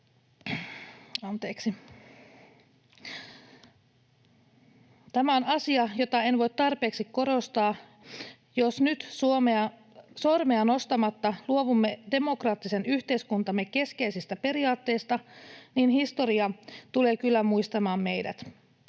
Tämä on asia, jota en voi tarpeeksi korostaa: Jos nyt sormea nostamatta luovumme demokraattisen yhteiskuntamme keskeisistä periaatteista, niin historia tulee kyllä muistamaan meidät.